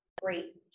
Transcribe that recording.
great